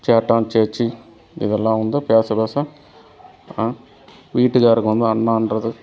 சேட்டான் சேச்சி இதெலாம் வந்து பேச பேச வீட்டுக்காருக்கு வந்து அண்ணான்றது